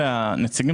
מנכ"ל